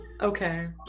okay